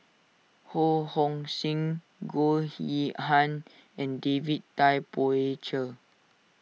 Ho Hong Sing Goh Yihan and David Tay Poey Cher